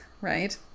right